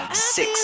Six